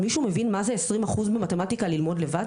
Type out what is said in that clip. מישהו מבין מה זה 20% ממתמטיקה ללמוד לבד?